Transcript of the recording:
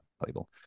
valuable